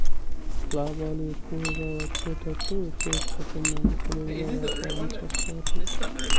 లాభాలు ఎక్కువ వచ్చేతట్టు ఎక్కువశాతం మంది తెలివిగా వ్యాపారం చేస్తారు